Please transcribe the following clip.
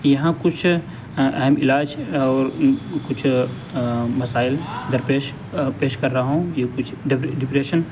یہاں کچھ اہم علاج اور کچھ مسائل درپیش پیش کر رہا ہوں یہ کچھ ڈپریشن